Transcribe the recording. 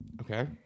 Okay